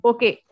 Okay